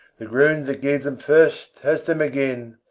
the ground that gave them first has them again.